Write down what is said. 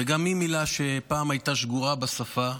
וגם היא מילה שפעם הייתה שגורה בשפה,